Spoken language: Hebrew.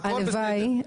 והכל בסדר,